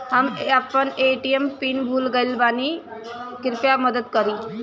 हम अपन ATM PIN भूल गएल बानी, कृपया मदद करीं